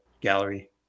gallery